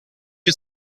you